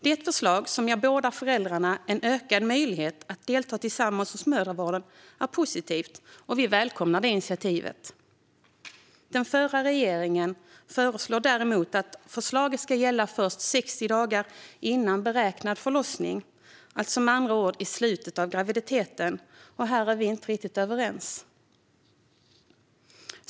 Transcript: Det förslag som ger båda föräldrarna ökad möjlighet att delta tillsammans hos mödravården är positivt, och vi välkomnar initiativet. Den förra regeringen föreslår dock att förslaget ska gälla först 60 dagar före beräknad förlossning, med andra ord i slutet av graviditeten, och här är vi inte överens.